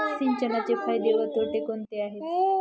सिंचनाचे फायदे व तोटे कोणते आहेत?